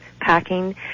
packing